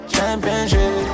Championship